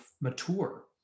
mature